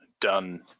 done